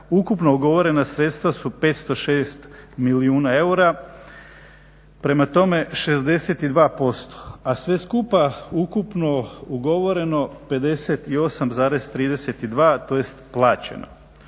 ukupno ugovorena sredstva su 506 milijuna eura, prema tome 62%, a sve skupa ukupno ugovoreno 58,32 tj. plaćeno.